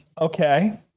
okay